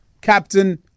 captain